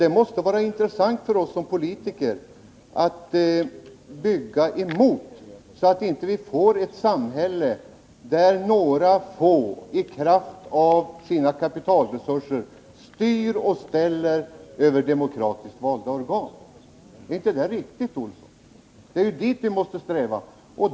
Det måste vara intressant för oss som politiker att bygga emot, så att vi inte får ett samhälle där några få i kraft av sina kapitalresurser styr och ställer över demokratiskt valda organ. Är inte det riktigt, Johan Olsson? Det är ju dit vi måste sträva.